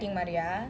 நெறய:neraya